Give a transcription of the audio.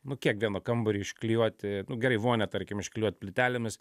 nu kiek vieną kambarį išklijuoti nu gerai vonią tarkim išklijuot plytelėmis